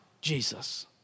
Jesus